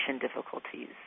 difficulties